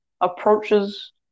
approaches